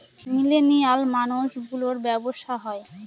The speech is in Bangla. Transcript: মিলেনিয়াল মানুষ গুলোর ব্যাবসা হয়